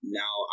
now